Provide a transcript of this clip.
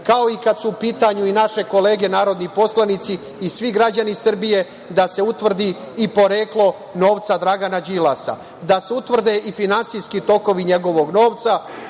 kao i kad su u pitanju i naše kolege narodni poslanici i svi građani Srbije, da se utvrdi i poreklo novca Dragana Đilasa, da se utvrde i finansijski tokovi njegovog novca,